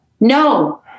No